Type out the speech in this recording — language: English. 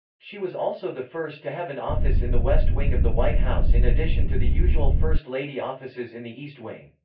she was also the first to have an office in the west wing of the white house in addition to the usual first lady offices in the east wing.